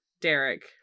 Derek